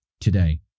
today